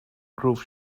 groove